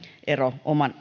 ero omaan